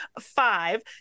Five